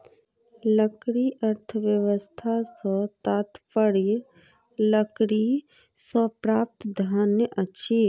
लकड़ी अर्थव्यवस्था सॅ तात्पर्य लकड़ीसँ प्राप्त धन अछि